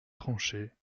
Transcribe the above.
tranchées